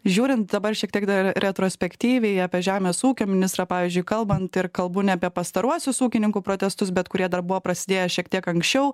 žiūrint dabar šiek tiek dar retrospektyviai apie žemės ūkio ministrą pavyzdžiui kalbant ir kalbu ne apie pastaruosius ūkininkų protestus bet kurie dar buvo prasidėję šiek tiek anksčiau